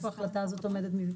איפה ההחלטה הזאת עומדת?